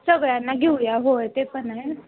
सगळ्यांना घेऊया होय ते पण आहे